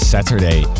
Saturday